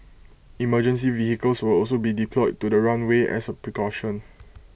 emergency vehicles will also be deployed to the runway as A precaution